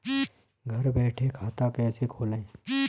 घर बैठे खाता कैसे खोलें?